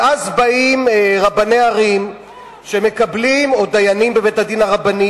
ואז באים רבני ערים או דיינים בבית-הדין הרבני,